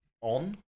on